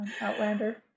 outlander